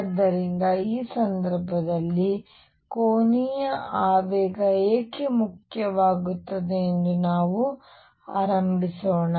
ಆದ್ದರಿಂದ ಈ ಸಂದರ್ಭದಲ್ಲಿ ಕೋನೀಯ ಆವೇಗ ಏಕೆ ಮುಖ್ಯವಾಗುತ್ತದೆ ಎಂದು ನಾವು ಆರಂಭಿಸೋಣ